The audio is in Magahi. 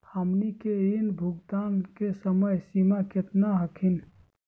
हमनी के ऋण भुगतान के समय सीमा केतना हखिन?